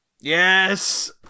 yes